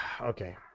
Okay